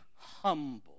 humble